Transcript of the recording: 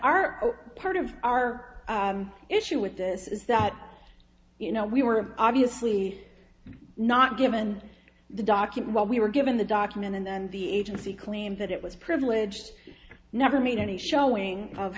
are part of our issue with this is that you know we were obviously not given the document while we were given the document and then the agency claimed that it was privileged never made any showing of